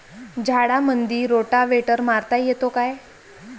झाडामंदी रोटावेटर मारता येतो काय?